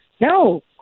no